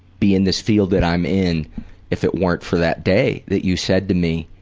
be in this field that i'm in if it weren't for that day that you said to me,